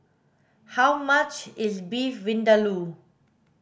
how much is Beef Vindaloo